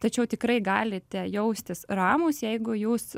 tačiau tikrai galite jaustis ramūs jeigu jūs